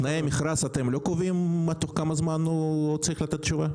בתנאי המכרז אתם לא קובעים תוך כמה זמן הוא צריך לתת תשובה?